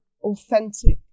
authentic